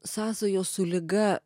sąsajos su liga